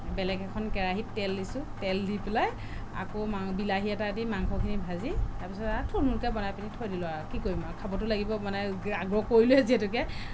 বেলেগ এখন কেৰাহীত তেল দিছোঁ তেল দি পেলাই আকৌ বিলাহী এটা দি মাংসখিনি ভাজি তাৰপিছত আৰু থূলমূলকৈ বনাই পিনি থৈ দিলোঁ আৰু কি কৰিম আৰু খাবতো লাগিব মানে আগ্ৰহ কৰিলোৱেই যিহেতুকে